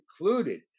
included